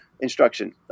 instruction